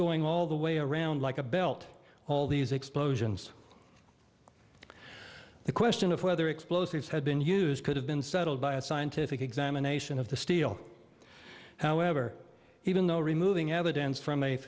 going all the way around like a belt all these explosions the question of whether explosives had been used could have been settled by a scientific examination of the steel however even though removing evidence from a